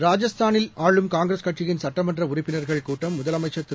ராஜஸ்தானில் ஆளும் காங்கிரஸ் கட்சியின் சட்டமன்ற உறுப்பினர்கள் கூட்டம் முதலமைச்சர் திரு